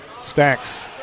Stacks